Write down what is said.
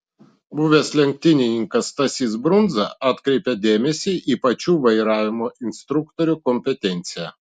buvęs lenktynininkas stasys brundza atkreipia dėmesį į pačių vairavimo instruktorių kompetenciją